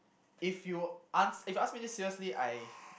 if you ans~ asks me this seriously I